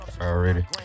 already